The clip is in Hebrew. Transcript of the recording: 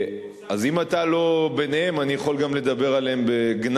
אז אם אתה לא ביניהם אני יכול גם לדבר עליהם בגנאי,